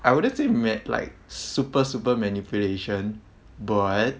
I wouldn't say man~ like super super manipulation but